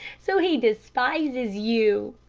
so he despises you,